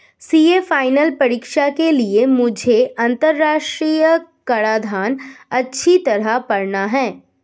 CA final परीक्षा के लिए मुझे अंतरराष्ट्रीय कराधान अच्छी तरह पड़ना है